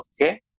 okay